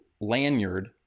lanyard